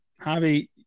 Javi